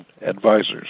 Advisors